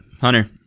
Hunter